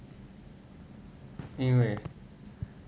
因为